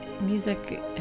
music